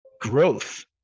Growth